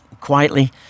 quietly